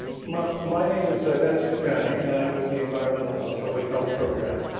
my my name is so dennis stefanie. and i'm with the environmental ah public health program.